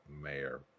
mayor